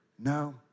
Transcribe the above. No